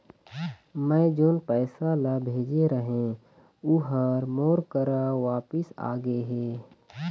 मै जोन पैसा ला भेजे रहें, ऊ हर मोर करा वापिस आ गे हे